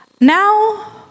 Now